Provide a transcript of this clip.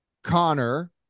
Connor